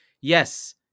yes